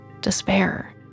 despair